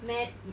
mad